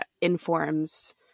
informs